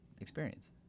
experience